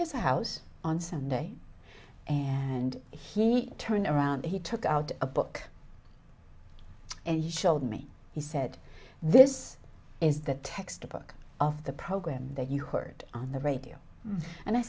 his house on sunday and he turned around he took out a book and showed me he said this is the textbook of the program that you heard on the radio and i